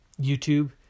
YouTube